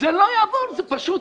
זה לא יעבוד פשוט.